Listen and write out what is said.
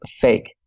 fake